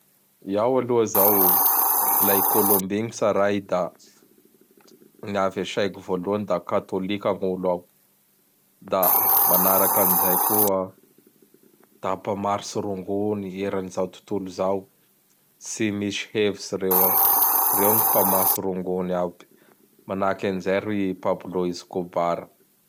Iao aloha zao, la i Colombie gn tsaray da gn avy asaiko voalohany da katôlika gn olo ao. Da manaraky an zay koa. da mpamarotsy rongony eran zao tontolo zao tsy misy hevitsy reo ao. Reo gny mpamatsy rongony aby. Manahaky an'izay ry Pablo Escobar.